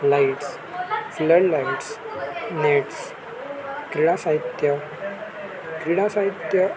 lights flood lights nets क्रीडा साहित्य क्रीडा साहित्य